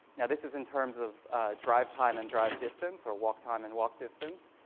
now, this is in terms of drive time and drive distance or walk time and walk distance,